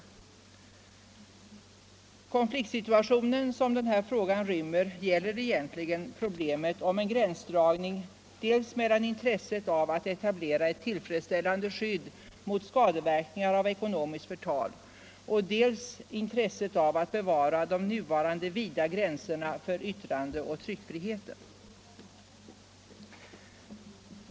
Den konfliktsituation som den här frågan rymmer gäller egentligen problemet om gränsdragning mellan intresset av att etablera ett tillfredsställande skydd mot skadeverkningar av ekonomiskt förtal och intresset av att bevara de nuvarande vida gränserna för yttrandeoch tryckfriheten.